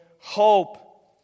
hope